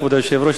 כבוד היושב-ראש,